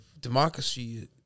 democracy